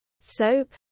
soap